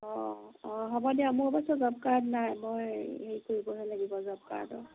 অ অ হ'ব দিয়া মোৰ অৱশ্যে জব কাৰ্ড নাই মই হেৰি কৰিবহে লাগিব জব কাৰ্ডৰ